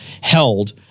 held